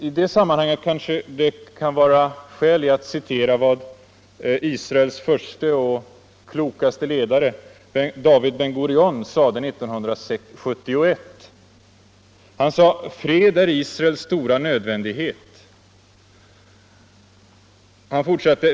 I det sammanhanget kanske det kan vara skäl i att citera vad Israels förste och klokaste ledare, David Ben Gurion, sade 1971, nämligen följande: ”Fred är Israels stora nödvändighet.